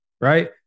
right